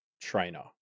trainer